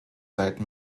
site